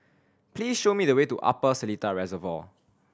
please show me the way to Upper Seletar Reservoir